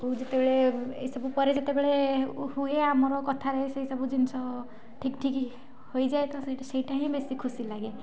ଯେତେବେଳେ ଏଇସବୁ ପରେ ଯେତେବେଳେ ହୁଏ ଆମର କଥାରେ ସେଇସବୁ ଜିନିଷ ଠିକ୍ ଠିକ୍ ହୋଇଯାଏ ତ ସେଇଟା ହିଁ ବେଶି ଖୁସି ଲାଗେ